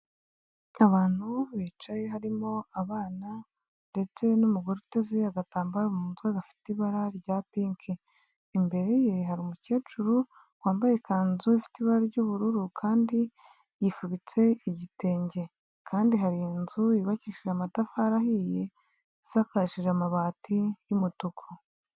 Abantu bicaye, harimo abana ndetse n'umugore uteze agatambaro mu mutwe gafite ibara rya pinki. Imbere ye hari umukecuru wambaye ikanzu ifite ibara ry'ubururu kandi yifubitse igitenge kandi hari inzu yubakishije amatafari ahiye, isakarishije amabati y'umutuku.